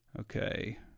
Okay